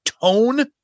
tone